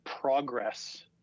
progress